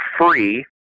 free